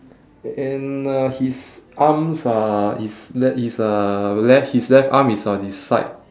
and uh his arms are his le~ his uh left his left arm is on his side